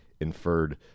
inferred